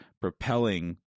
propelling